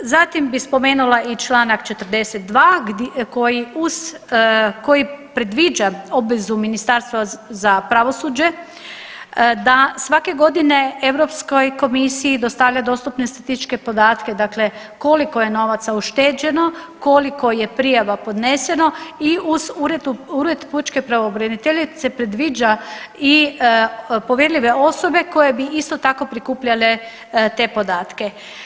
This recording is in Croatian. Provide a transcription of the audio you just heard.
Zatim bi spomenula i čl. 42 koji predviđa obvezu ministarstva za pravosuđe da svake godine EU komisiji dostavlja dostupne statističke podatke, dakle koliko je novaca ušteđeno, koliko je prijava podneseno i uz Ured pučke pravobraniteljice predviđa i povjerljive osobe koje bi, isto tako, prikupljale te podatke.